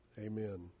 Amen